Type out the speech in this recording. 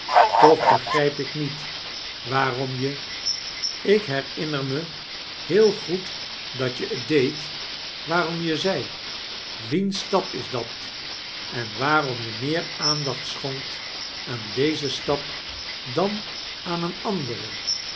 toch begrijp ik niet waarom je ik heriuner me heel goed dat je t deedt waarom je zei wiens stap is dat en waarom je meer aandacht sohonkt aan dezen stap dan aan een anderen